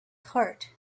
heart